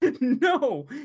No